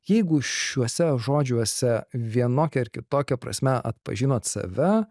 jeigu šiuose žodžiuose vienokia ar kitokia prasme atpažinot save